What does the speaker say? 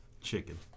Chicken